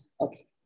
okay